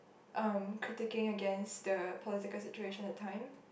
um critiquing against the political situation that time